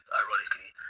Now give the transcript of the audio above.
ironically